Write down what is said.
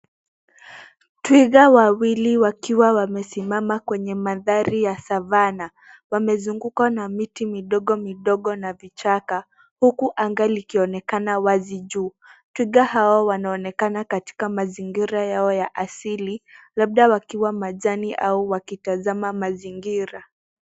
Twiga wawili wakiwa wamesimama kwenye mandhari ya savannah. Wamezungukwa na miti midogo midogo na vichaka huku mwanga ukionekana wazi juu. Twiga hawa wanaonekana katika mazingira yao ya asili labda wakiwa majani au wakitazama mazingira.